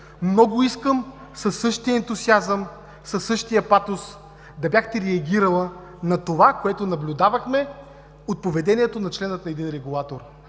много искам със същия ентусиазъм, със същия патос да бяхте реагирали на това, което наблюдавахме от поведението на члена на един регулатор,